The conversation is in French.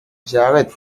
jarrets